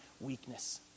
weakness